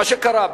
מה שקרה,